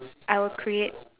I will create